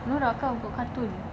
nora come got cartoon